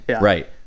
right